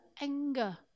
anger